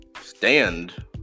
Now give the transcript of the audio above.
stand